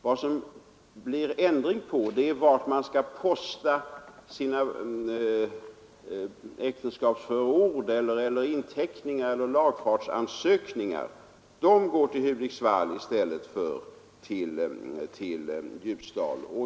Ändring blir det bara när det gäller vart man skall skicka sina äktenskapsförord eller inteckningar eller lagfartsansökningar — de går till Hudiksvall i stället för till Ljusdal.